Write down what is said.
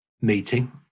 meeting